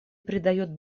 придает